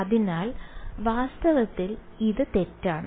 അതിനാൽ വാസ്തവത്തിൽ ഇത് തെറ്റാണ്